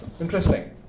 Interesting